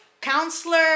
counselor